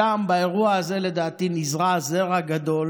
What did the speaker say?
שם באירוע הזה, לדעתי, נזרע זרע גדול